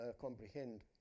comprehend